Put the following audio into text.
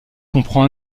comprend